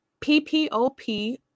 ppop